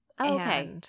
Okay